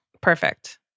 Perfect